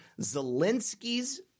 Zelensky's